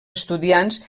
estudiants